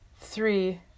three